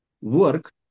work